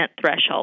threshold